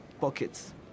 pockets